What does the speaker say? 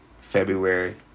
February